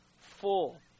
full